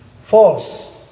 False